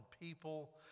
people